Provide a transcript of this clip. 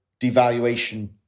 devaluation